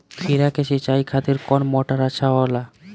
खीरा के सिचाई खातिर कौन मोटर अच्छा होला?